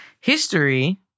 History